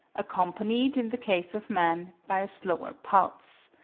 accompanied in the case of man by a slower pulse.